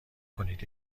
کنید